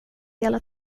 hela